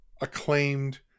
acclaimed